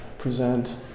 Present